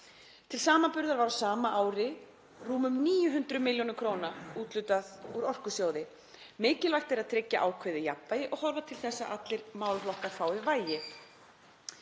Til samanburðar var á sama ári rúmum 900 milljónum króna úthlutað úr Orkusjóði. Mikilvægt er að tryggja ákveðið jafnvægi og horfa til þess að allir málaflokkar fái vægi.“